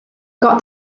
got